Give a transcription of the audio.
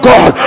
God